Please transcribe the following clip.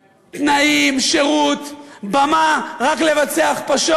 תנאים, שירות, במה, רק לבצע הכפשות?